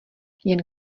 jen